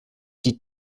die